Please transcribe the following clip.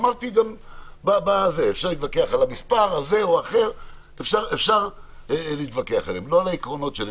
אמרתי אפשר להתווכח על המספר, לא על העקרונות שלי.